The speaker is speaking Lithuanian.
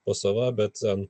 pas save bet